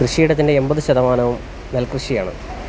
കൃഷിയിടത്തിൻ്റെ എൺപത് ശതമാനവും നെൽകൃഷിയാണ്